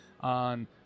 on